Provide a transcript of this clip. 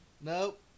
nope